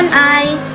i